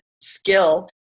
skill